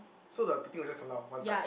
so the the thing will just come down one side